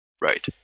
right